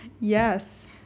Yes